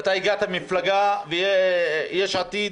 ואתה הגעת ממפלגה יש עתיד,